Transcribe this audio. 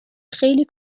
خیلی